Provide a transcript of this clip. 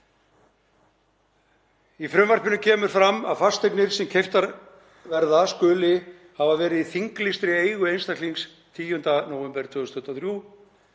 Í frumvarpinu kemur fram að fasteignir sem keyptar verða skuli hafa verið í þinglýstri eigu einstaklings 10. nóvember 2023